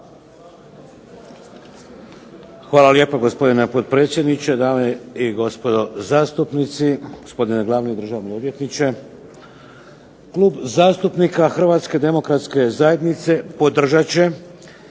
Hvala lijepa gospodine potpredsjedniče, dame i gospodo zastupnici, gospodine glavni državni odvjetniče. Klub zastupnika Hrvatske demokratske zajednice podržat